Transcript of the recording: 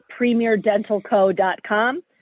premierdentalco.com